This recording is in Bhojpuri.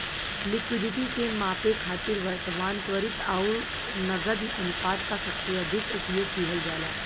लिक्विडिटी के मापे खातिर वर्तमान, त्वरित आउर नकद अनुपात क सबसे अधिक उपयोग किहल जाला